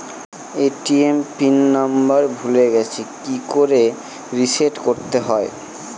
ATM PIN number ভুলে গেছি কি করে রিসেট করতে হয়?